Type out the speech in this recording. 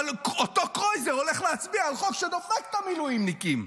אבל אותו קרויזר הולך להצביע על חוק שדופק את המילואימניקים.